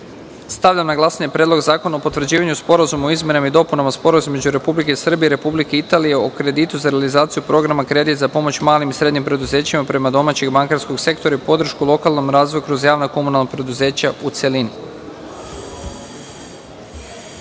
na glasanje Predlog zakona o potvrđivanju Sporazuma o izmenama i dopunama Sporazuma između Republike Srbije i Republike Italije o kreditu za realizaciju Programa "Kredit za pomoć malim i srednjim preduzećima preko domaćeg bankarskog sektora i podršku lokalnom razvoju kroz javna komunalna preduzeća", u celini. Molim